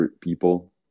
people